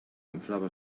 inflava